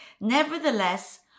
Nevertheless